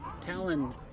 Talon